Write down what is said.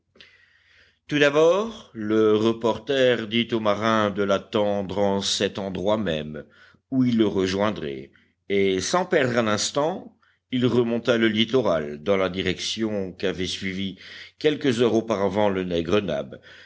tout d'abord le reporter dit au marin de l'attendre en cet endroit même où il le rejoindrait et sans perdre un instant il remonta le littoral dans la direction qu'avait suivie quelques heures auparavant le